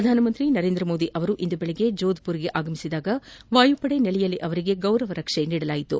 ಪ್ರಧಾನಮಂತ್ರಿ ನರೇಂದ್ರಮೋದಿ ಅವರು ಇಂದು ದೆಳಗ್ಗೆ ಜೋಧ್ಮರ್ಗೆ ಆಗಮಿಸಿದಾಗ ವಾಯುಪಡೆ ನೆಲೆಯಲ್ಲಿ ಅವರಿಗೆ ಗೌರವರಕ್ಷೆ ನೀಡಲಾಯಿತು